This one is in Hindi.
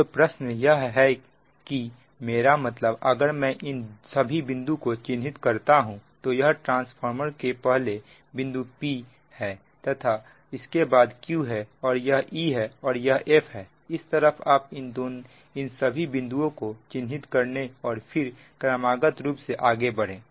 अब प्रश्न है यह है कि मेरा मतलब अगर मैं इन सभी बिंदुओं को चिन्हित करता हूं तो यहां ट्रांसफार्मर के पहले बिंदु p सी है तथा उसके बाद q है यह e है यह f है इस तरह आप इन सभी बिंदुओं को चिन्हित करने और फिर क्रमागत रूप में आगे बढ़े